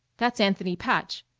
that's anthony patch.